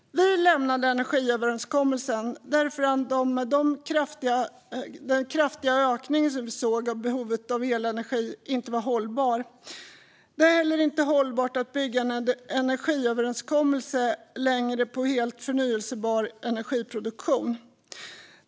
Vi lämnade energiöverenskommelsen därför att den med de kraftigt ökade behoven av elenergi inte var hållbar. Det är inte heller längre hållbart att bygga en energiöverenskommelse på helt förnybar energiproduktion.